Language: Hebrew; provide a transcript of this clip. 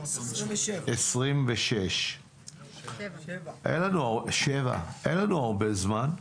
אין לנו הרבה זמן,